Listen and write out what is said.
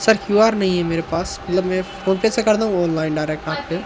sir Q R नहीं है मेरे पास मतलब मैं फोन पे से कर दूँ ऑनलाइन डायरेक्ट आपके